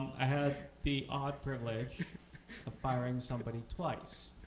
i had the odd privilege of firing somebody twice.